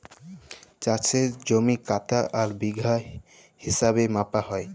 চাষের জমি কাঠা আর বিঘা হিছাবে মাপা হ্যয়